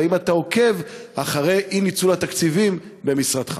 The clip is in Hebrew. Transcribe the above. והאם אתה עוקב אחרי אי-ניצול תקציבים במשרדך?